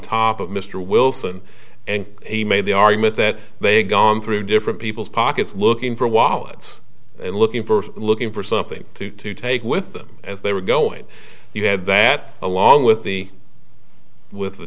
top of mr wilson and he made the argument that they had gone through different people's pockets looking for wallets and looking for looking for something to to take with them as they were going you had that along with the with the